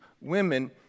women